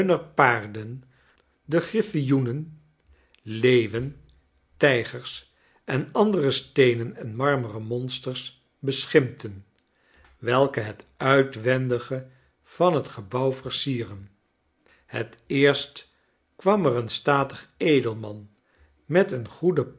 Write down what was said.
paarden de griffioenen leeuwen tijgers en andere steenen en marmeren monsters beschimpten welke het uitwendige van het gebouw versieren het eerst kwam er een statig edelman met een goede